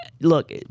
Look